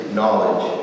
knowledge